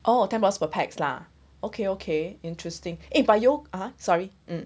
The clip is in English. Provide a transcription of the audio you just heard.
orh ten bucks per pax lah okay okay interesting eh but yo~ (uh huh) sorry